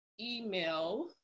email